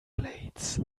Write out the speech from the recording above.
blades